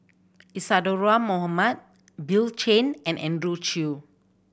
Isadhora Mohamed Bill Chen and Andrew Chew